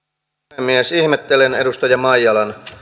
puhemies ihmettelen edustaja maijalan